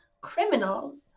criminals